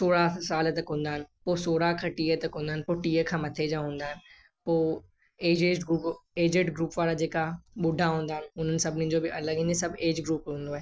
सोरहं साल तक हूंदा आहिनि पोइ सोरहं खां टीह तक हूंदा आहिनि पोइ टीह खां मथे जा हूंदा आहिनि पोइ age age group aged group वारा जेका ॿुढा हूंदा उन्हनि सभिनीनि जो बि अलॻि आहिनि एज ग्रुप हूंदो आहे